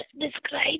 describe